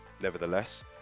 Nevertheless